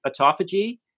autophagy